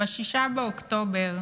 ב-6 באוקטובר,